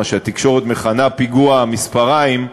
מה שהתקשורת מכנה "פיגוע המספריים",